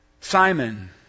Simon